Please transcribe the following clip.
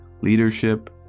leadership